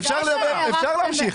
אפשר להמשיך.